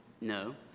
No